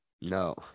No